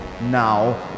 now